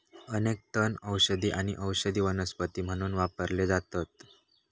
अनेक तण औषधी आणि औषधी वनस्पती म्हणून वापरले जातत